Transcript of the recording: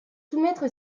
soumettre